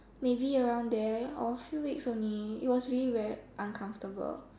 maybe around there or a few weeks only it was really very uncomfortable